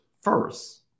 first